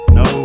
no